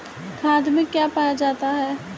खाद में क्या पाया जाता है?